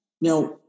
Now